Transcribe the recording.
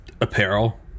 apparel